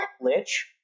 lich